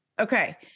Okay